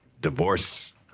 divorce